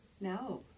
No